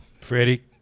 Freddie